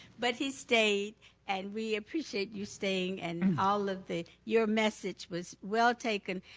but he stayed and we appreciate you staying and all of the your message was well taken.